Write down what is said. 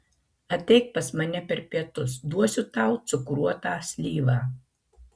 ateik pas mane per pietus duosiu tau cukruotą slyvą